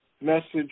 message